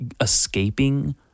escaping